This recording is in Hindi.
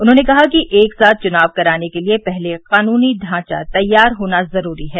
उन्होंने कहा कि एक साथ चुनाव कराने के लिए पहले कानूनी ढांचा तैयार होना ज़रूरी है